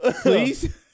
please